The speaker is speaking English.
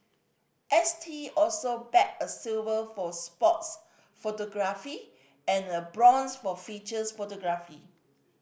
S T also bagged a silver for sports photography and a bronze for features photography